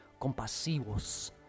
compasivos